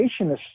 creationist